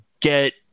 get